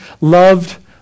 loved